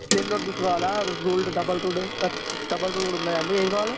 plain notebooks కావాలా ruled double ruled first double ruled ఉన్నాయండి ఏవి కావాలి